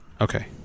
Okay